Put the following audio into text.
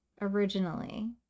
originally